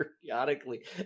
periodically